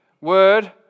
word